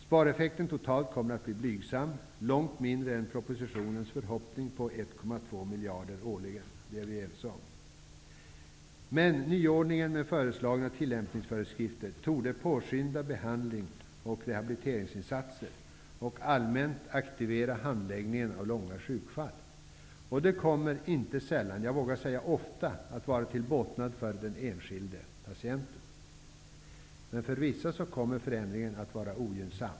Spareffekten kommer totalt att bli blygsam, långt mindre än propositionens förhoppning om 1,2 miljarder årligen. Det är vi överens om. Nyordningen med föreslagna tillämpningsföreskrifter torde dock påskynda behandling och rehabiliteringsinsatser och allmänt aktivera handläggningen av långa sjukfall. Det kommer inte sällan, jag vågar säga ofta, att vara till båtnad för den enskilde patienten. Men för vissa kommer förändringen att vara ogynnsam.